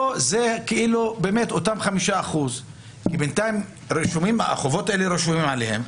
פה זה אותם 5%. בינתיים החובות האלה רשומים עליהם,